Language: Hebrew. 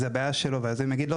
שיכול להגיד לו: לא,